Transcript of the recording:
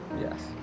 Yes